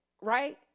right